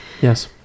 yes